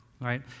right